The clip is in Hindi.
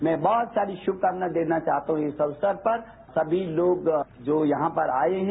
मैं बहुत सारी शुभकामनाएं देना चाहता हूं इस अवसर पर समी लोग जो यहां पर आए हैं